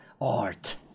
art